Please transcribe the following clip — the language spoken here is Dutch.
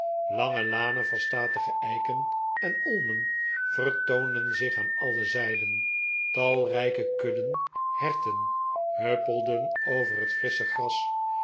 lange lanen van statige eiken en olmen vertoonden zich aan alle zijden talrijke kudden herten huppelden over het frissche gras